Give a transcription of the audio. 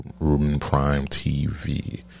rubenprimetv